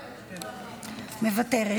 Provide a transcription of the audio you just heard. מוותרת,